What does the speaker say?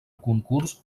concurs